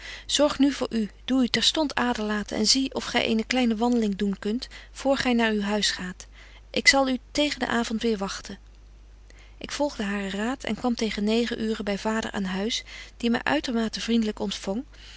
zorg nu voor u doe u terstond aderlaten en zie of gy eene kleine wandeling doen kunt voor gy naar uw huis gaat ik zal u tegen den avond weêr wagten ik volgde haren raad en kwam tegen negen uuren by vader aan huis die my uitermate vriendlyk ontfong